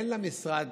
אין למשרד